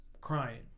crying